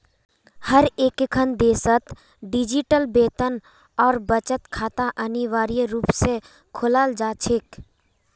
हर एकखन देशत डिजिटल वेतन और बचत खाता अनिवार्य रूप से खोलाल जा छेक